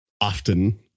often